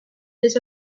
his